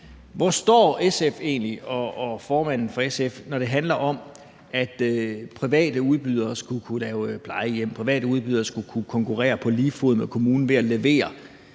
hvor står SF og formanden for SF så egentlig, når det handler om, at private udbydere skulle kunne lave plejehjem, at private udbydere skulle kunne konkurrere på lige fod med kommunen ved at levere